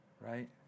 right